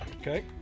okay